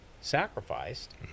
sacrificed